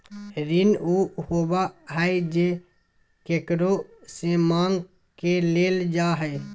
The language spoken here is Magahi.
ऋण उ होबा हइ जे केकरो से माँग के लेल जा हइ